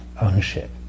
ownership